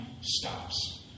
stops